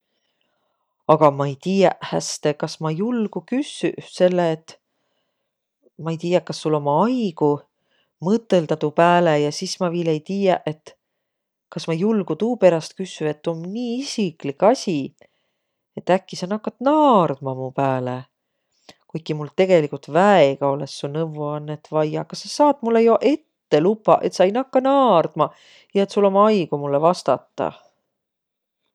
Aga ma ei tiiäq häste, kas ma julgu küssüq, selle et ma ei tiiäq, kas sul om aigu mõtõldaq tuu pääle. Ja sis ma viil ei tiiäq, et kas ma julgu tuuperäst küssüq, et tuu om nii isiklik asi, et äkki sa nakkat naardma mu pääle. Kuiki ul tegeligult väega olõs su nõvvuannõt vaia. Kas sa saat mullõ jo ette lupaq, et sa ei nakkaq naardma ja et sul om aigu mullõ vastata?